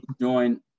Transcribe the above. join